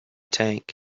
tank